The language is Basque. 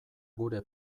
gure